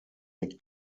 mit